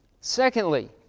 Secondly